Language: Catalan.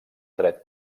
dret